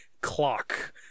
clock